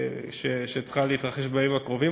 שצריכה להתרחש בימים הקרובים,